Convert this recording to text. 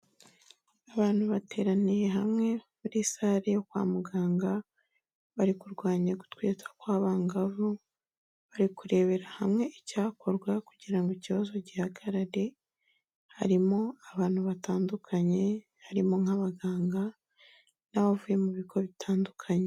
Abantu bateraniye hamwe muri sale yo kwa muganga, bari kurwanya gutwita kw'abangavu, bari kurebera hamwe icyakorwa kugira ngo ikibazo gihagarare, harimo abantu batandukanye, harimo nk'abaganga n'abavuye mu bigo bitandukanye.